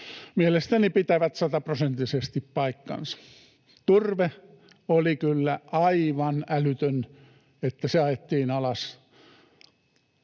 mielestäni pitävät sataprosenttisesti paikkansa. Oli kyllä aivan älytöntä, että turve ajettiin alas.